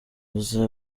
gusa